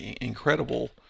incredible